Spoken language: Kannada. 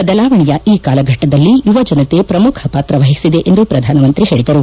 ಬದಲಾವಣೆಯ ಈ ಕಾಲಘಟ್ಟದಲ್ಲಿ ಯುವಜನತೆ ಪ್ರಮುಖ ಪಾತ್ರ ವಹಿಸಿದೆ ಎಂದು ಪ್ರಧಾನಮಂತ್ರಿ ಹೇಳಿದರು